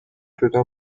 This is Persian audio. جدا